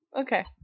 Okay